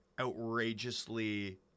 outrageously